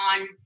on